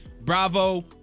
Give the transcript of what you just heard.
bravo